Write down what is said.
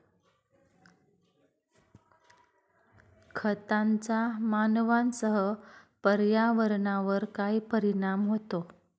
खतांचा मानवांसह पर्यावरणावर काय परिणाम होतो?